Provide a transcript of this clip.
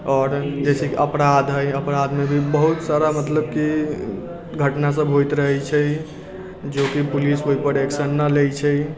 आओर जैसे अपराध हय अपराधमे बहुत सारा मतलब कि घटना सब होइत रहै छै जोकि पुलिस ओइपर एक्शन नहि लै छै